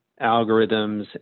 algorithms